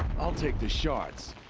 i'll take the shards.